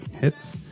hits